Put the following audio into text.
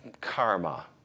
karma